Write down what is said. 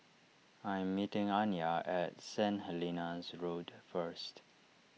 I am meeting Anya at Saint Helena's Road first